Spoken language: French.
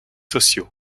sociaux